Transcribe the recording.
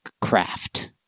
craft